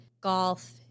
golf